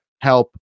Help